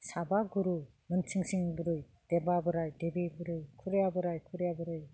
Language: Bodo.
साबा गुरु मोनसिं सिं गुरु देबा बोराइ देबि बुरै खुरिया बोराइ खुरिया बुरै